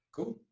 Cool